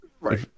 Right